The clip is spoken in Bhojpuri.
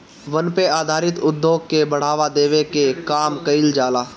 वन पे आधारित उद्योग के बढ़ावा देवे के काम कईल जाला